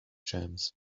jams